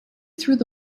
through